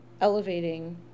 elevating